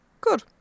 good